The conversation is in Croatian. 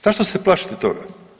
Zašto se plašite toga?